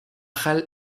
hal